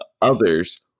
others